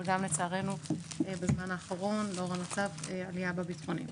אבל גם לצערנו בזמן האחרון בשל המצב עלייה בביטחוניים.